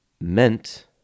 meant